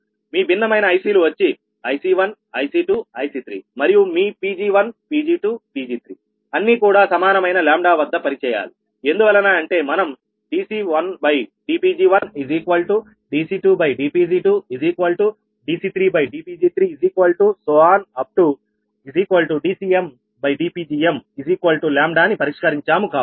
మీ భిన్నమైన ICలు వచ్చి IC1 IC2 IC3మరియు మీ Pg1 Pg2 Pg3అన్నీ కూడా సమానమైన λవద్ద పని చేయాలి ఎందువలన అంటే మనం dC1dPg1dC2dPg2dC3dPg3dCmdPgmλ ని పరిష్కరించాము కాబట్టి